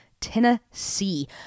Tennessee